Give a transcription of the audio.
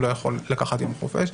והוא לא יכול לקחת יום חופש,